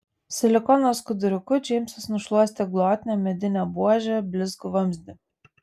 silikono skuduriuku džeimsas nušluostė glotnią medinę buožę blizgų vamzdį